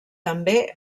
també